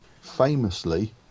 famously